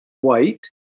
white